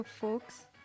Folks